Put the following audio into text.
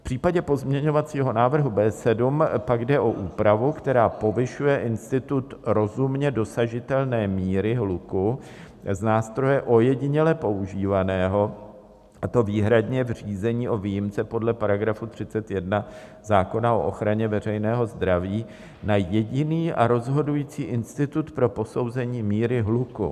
V případě pozměňovacího návrhu B7 pak jde o úpravu, která povyšuje institut rozumně dosažitelné míry hluku z nástroje ojediněle používaného, a to výhradně v řízení o výjimce podle § 31 zákona o ochraně veřejného zdraví, na jediný a rozhodující institut pro posouzení míry hluku.